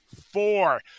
four